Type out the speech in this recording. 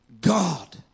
God